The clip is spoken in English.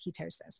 ketosis